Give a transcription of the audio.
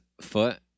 foot